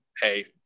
hey